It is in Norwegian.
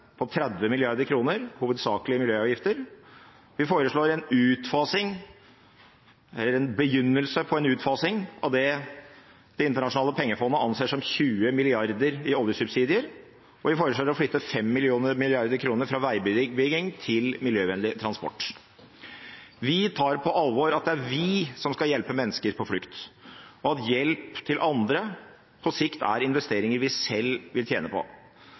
på 30 mrd. kr, hovedsakelig miljøavgifter, vi foreslår å begynne en utfasing av det Det internasjonale pengefond anser som 20 mrd. kr i oljesubsidier, og vi foreslår å flytte 5 mrd. kr fra veibygging til miljøvennlig transport. Vi tar på alvor at det er vi som skal hjelpe mennesker på flukt, og at hjelp til andre på sikt er investeringer vi selv vil tjene på.